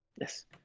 yes